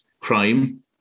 crime